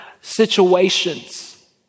situations